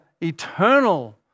eternal